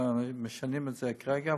משנים את זה כרגע,